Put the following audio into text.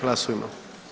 Glasujmo.